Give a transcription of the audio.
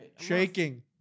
Shaking